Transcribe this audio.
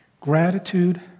Gratitude